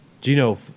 Gino